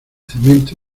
cemento